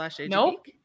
Nope